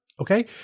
Okay